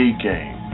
A-game